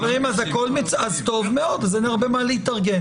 חברים, אז טוב מאוד, אז אין הרבה מה להתארגן.